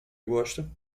gosta